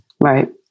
Right